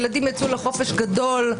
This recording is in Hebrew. הילדים יצאו לחופש הגדול,